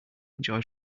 enjoy